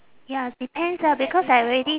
ya depends ah because I already